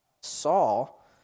Saul